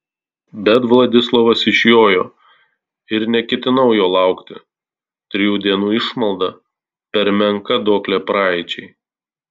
bet vladislovas išjojo ir neketinau jo laukti trijų dienų išmalda per menka duoklė praeičiai